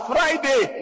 Friday